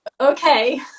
okay